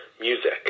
music